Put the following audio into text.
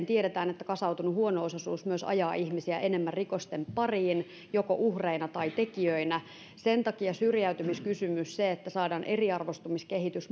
tiedetään että usein kasautunut huono osaisuus myös ajaa ihmisiä enemmän rikosten pariin joko uhreina tai tekijöinä sen takia syrjäytymiskysymys ja se että saadaan eriarvoistumiskehitys